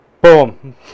Boom